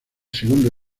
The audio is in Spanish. segundo